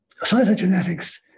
Cytogenetics